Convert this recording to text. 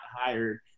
hired